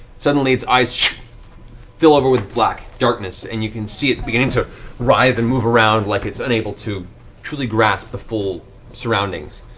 suddenly, its eyes fill over with darkness, and you can see it beginning to writhe and move around like it's unable to truly grasp the full surroundings.